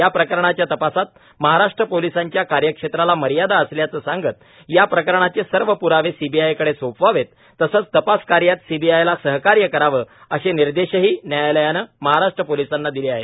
या प्रकरणाच्या तपासात महाराष्ट्र पोलिसांच्या कार्यक्षेत्राला मर्यादा असल्याचं सांगत या प्रकरणाचे सर्व प्रावे सीबीआयकडे सोपवावेत तसंच तपास कार्यात सीबीआयला सहकार्य करावं असे निर्देशही न्यायालयानं महाराष्ट्र पोलिसांना दिले आहेत